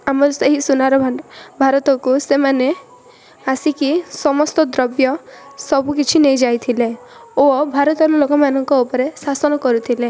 ଆମର ସେହି ସୁନାର ଭଣ୍ଡାର ଭାରତକୁ ସେମାନେ ଆସିକି ସମସ୍ତ ଦ୍ରବ୍ୟ ସବୁକିଛି ନେଇଯାଇଥିଲେ ଓ ଭାରତର ଲୋକମାନଙ୍କ ଉପରେ ଶାସନ କରୁଥିଲେ